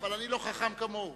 אבל אני לא חכם כמוהו.